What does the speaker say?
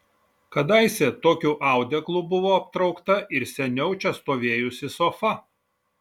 kadaise tokiu audeklu buvo aptraukta ir seniau čia stovėjusi sofa